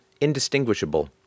indistinguishable